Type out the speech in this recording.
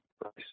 price